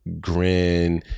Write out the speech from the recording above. grin